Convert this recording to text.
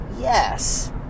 yes